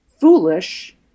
foolish